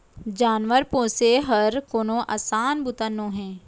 जानवर पोसे हर कोनो असान बूता नोहे